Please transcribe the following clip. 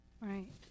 Right